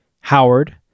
Howard